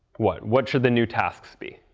what? what should the new tasks be?